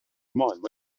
maailma